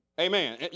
Amen